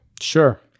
Sure